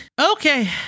okay